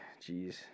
Jeez